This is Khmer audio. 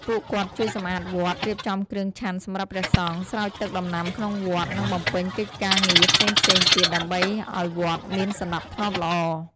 ពួកគាត់ជួយសំអាតវត្ត រៀបចំគ្រឿងឆាន់សម្រាប់ព្រះសង្ឃ ស្រោចទឹកដំណាំក្នុងវត្ត និងបំពេញកិច្ចការងារផ្សេងៗទៀតដើម្បីឱ្យវត្តមានសណ្ដាប់ធ្នាប់ល្អ។